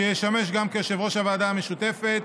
שישמש גם כיושב-ראש הוועדה המשותפת,